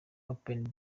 open